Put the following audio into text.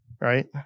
right